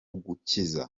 gukiza